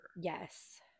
Yes